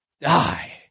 die